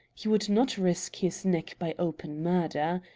he would not risk his neck by open murder.